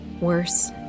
Worse